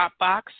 Dropbox